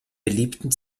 beliebten